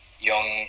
young